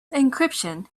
encryption